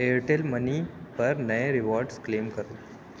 Airtel money پر نئے rewards claim کرو